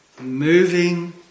Moving